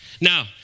now